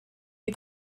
you